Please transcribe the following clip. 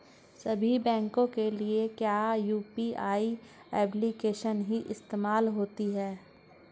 सभी बैंकों के लिए क्या यू.पी.आई एप्लिकेशन ही इस्तेमाल होती है?